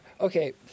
Okay